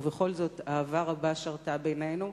ובכל זאת, אהבה רבה שרתה בינינו.